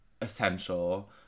essential